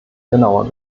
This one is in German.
genauer